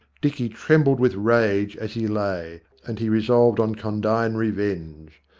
dicky trembled with rage as he lay, and he resolved on condign revenge.